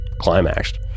climaxed